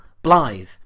Blythe